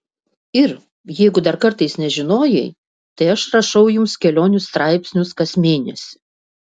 ir jeigu dar kartais nežinojai tai aš rašau jums kelionių straipsnius kas mėnesį